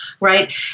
Right